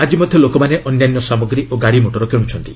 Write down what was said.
ଆଜି ମଧ୍ୟ ଲୋକମାନେ ଅନ୍ୟାନ୍ୟ ସାମଗ୍ରୀ ଓ ଗାଡ଼ିମୋଟର କିଣୁଛନ୍ତି